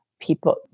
people